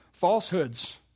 falsehoods